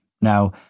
Now